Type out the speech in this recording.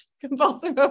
compulsive